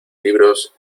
libros